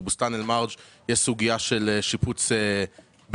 בבוסתאן אל-מרג' יש סוגיה של שיפוץ בית